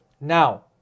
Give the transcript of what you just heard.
Now